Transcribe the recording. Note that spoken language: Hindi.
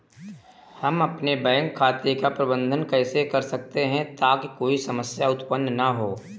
हम अपने बैंक खाते का प्रबंधन कैसे कर सकते हैं ताकि कोई समस्या उत्पन्न न हो?